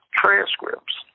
transcripts